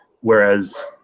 Whereas